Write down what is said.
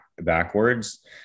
backwards